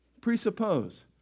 presuppose